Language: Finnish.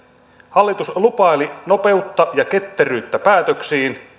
hallitus lupaili nopeutta ja ketteryyttä päätöksiin